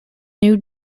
new